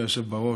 אדוני היושב-ראש,